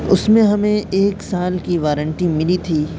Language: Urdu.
اس میں ہمیں ایک سال کی وارنٹی ملی تھی